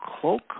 cloak